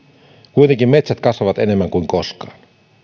kuitenkin metsät kasvavat enemmän kuin koskaan